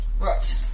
Right